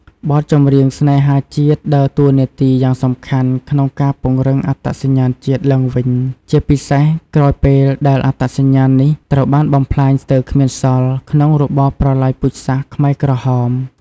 បទចម្រៀងស្នេហាជាតិដើរតួនាទីយ៉ាងសំខាន់ក្នុងការ ពង្រឹងអត្តសញ្ញាណជាតិ ឡើងវិញ ជាពិសេសក្រោយពេលដែលអត្តសញ្ញាណនេះត្រូវបានបំផ្លាញស្ទើរគ្មានសល់ក្នុងរបបប្រល័យពូជសាសន៍ខ្មែរក្រហម។